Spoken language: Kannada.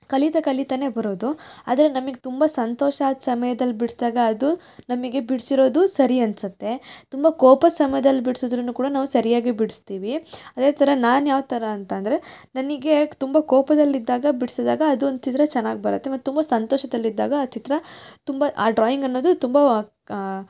ಕಲಿತ ಕಲಿತನೇ ಬರೋದು ಆದರೆ ನಮಗ್ ತುಂಬ ಸಂತೋಷ ಆದ ಸಮಯ್ದಲ್ಲಿ ಬಿಡಿಸ್ದಾಗ ಅದು ನಮಗೆ ಬಿಡಿಸಿರೋದು ಸರಿ ಅನಿಸುತ್ತೆ ತುಂಬ ಕೋಪದ ಸಮಯ್ದಲ್ಲಿ ಬಿಡ್ಸಿದ್ರೂ ಕೂಡ ನಾವು ಸರಿಯಾಗಿ ಬಿಡಿಸ್ತೀವಿ ಅದೇ ಥರ ನಾನು ಯಾವ ಥರ ಅಂತಂದರೆ ನನಗೆ ತುಂಬ ಕೋಪದಲ್ಲಿದ್ದಾಗ ಬಿಡ್ಸಿದಾಗ ಅದೊಂದು ಚಿತ್ರ ಚೆನ್ನಾಗಿ ಬರುತ್ತೆ ಮತ್ತು ತುಂಬ ಸಂತೋಷದಲ್ಲಿದ್ದಾಗ ಆ ಚಿತ್ರ ತುಂಬ ಆ ಡ್ರಾಯಿಂಗ್ ಅನ್ನೋದು ತುಂಬ